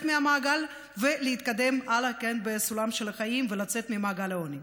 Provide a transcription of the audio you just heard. מהמעגל ולהתקדם הלאה בסולם של החיים ולצאת ממעגל העוני.